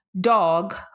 dog